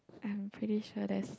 I'm pretty sure there's